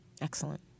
Excellent